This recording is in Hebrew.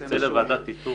זה מה שהוא אומר.